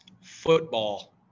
Football